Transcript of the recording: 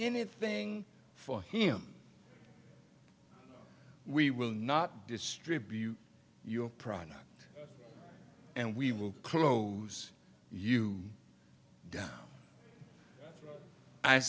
anything for him we will not distribute your product and we will close you down i